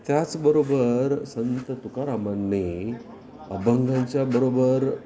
त्याचबरोबर संत तुकारामांनी अभंगांच्याबरोबर